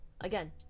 again